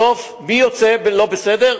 בסוף מי יוצא לא בסדר?